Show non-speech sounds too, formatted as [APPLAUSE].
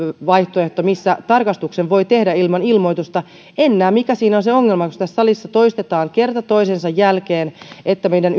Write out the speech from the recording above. vaihtoehto missä tarkastuksen voi tehdä ilman ilmoitusta en näe mikä siinä on se ongelma kun tässä salissa toistetaan kerta toisensa jälkeen että meidän [UNINTELLIGIBLE]